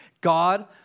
God